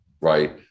right